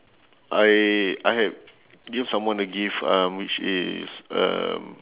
I I have give someone a gift um which is a